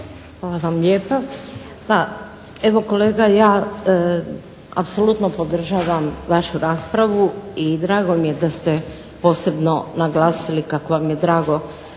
Hvala vam lijepa. Pa evo kolega ja apsolutno podržavam vašu raspravu i drago mi je da ste posebno naglasili kako vam je drago